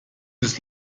ist